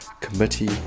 committee